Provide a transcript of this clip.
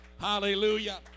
Hallelujah